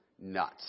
nuts